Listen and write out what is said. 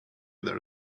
there